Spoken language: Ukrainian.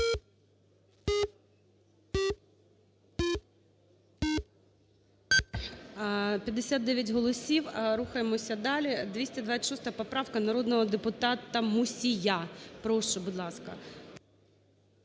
59 голосів, рухаємося далі. 226 поправка, народного депутата Мусія. Прошу, будь ласка.